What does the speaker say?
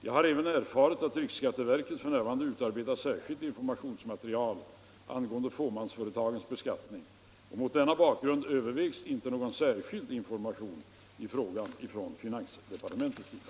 Jag har även erfarit att riksskatteverket f. n. utarbetar särskilt informationsmaterial angående fåmansföretagens beskattning. Mot denna bakgrund övervägs inte någon särskild information i frågan från finansdepartementets sida.